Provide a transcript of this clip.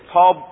Paul